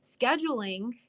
scheduling